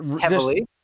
heavily